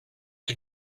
did